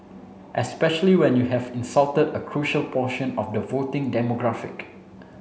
especially when you have insulted a crucial portion of the voting demographic